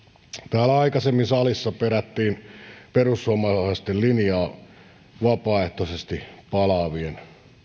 täällä aikaisemmin salissa perättiin perussuomalaisten linjaa vapaaehtoisesti palaavien